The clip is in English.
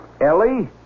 Ellie